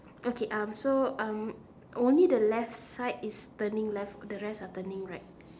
okay um so um only the left side is turning left the rest are turning right